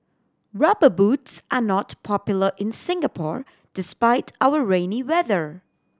Rubber Boots are not popular in Singapore despite our rainy weather